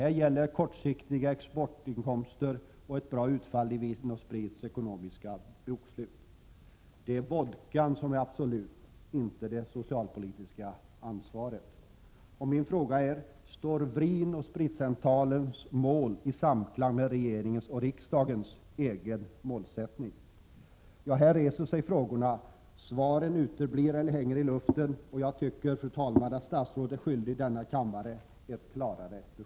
Här gäller kortsiktiga exportinkomster och ett bra utfall i Vin & Spritcentralens ekonomiska bokslut. Det är vodkan som är absolut, inte det socialpolitiska ansvaret. Står Vin & Spritcentralens mål i samklang med regeringens och riksda gens egen målsättning? Ja, här reser sig frågorna, och svaren uteblir eller Prot. 1987/88:129 hänger i luften. Jag tycker, fru talman, att statsrådet är skyldig denna 30 maj 1988 kammare ett klarare besked.